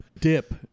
dip